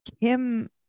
Kim